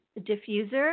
diffuser